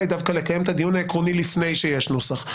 היא דווקא לקיים את הדיון העקרוני לפני שיש נוסח,